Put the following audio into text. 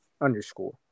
underscore